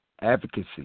advocacy